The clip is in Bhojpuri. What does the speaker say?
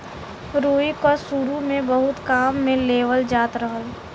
रुई क सुरु में बहुत काम में लेवल जात रहल